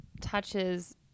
touches